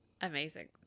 Amazing